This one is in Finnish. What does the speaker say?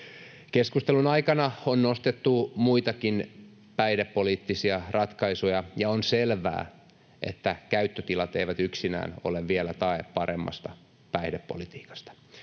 Keskustelun aikana on nostettu muitakin päihdepoliittisia ratkaisuja, ja on selvää, että käyttötilat eivät yksinään ole vielä tae paremmasta päihdepolitiikasta.